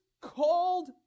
called